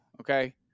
okay